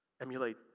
emulate